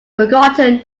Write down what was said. forgotten